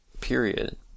period